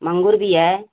माँगुर भी है